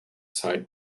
side